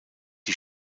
die